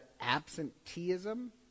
absenteeism